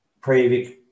Previc